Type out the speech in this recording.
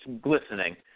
glistening